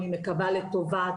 אני מקווה לטובה,